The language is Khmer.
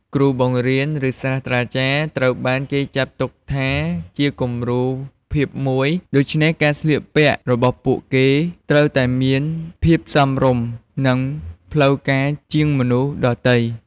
គ្រូបង្រៀន ឬ សាស្ត្រាចារ្យត្រូវបានគេចាត់ទុកថាជាគំរូភាពមួយ ដូច្នេះការស្លៀកពាក់របស់ពួកគេត្រូវតែមានភាពសមរម្យ និងផ្លូវការជាងមនុស្សដទៃ។